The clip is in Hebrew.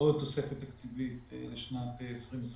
עוד תוספת תקציבית לשנת 2021